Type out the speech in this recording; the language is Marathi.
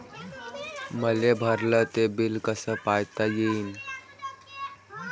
मले भरल ते बिल कस पायता येईन?